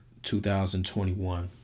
2021